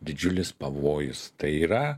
didžiulis pavojus tai yra